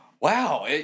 Wow